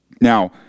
Now